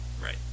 right